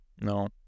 No